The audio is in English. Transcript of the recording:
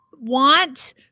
want